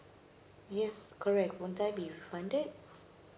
yes correct won't I be refunded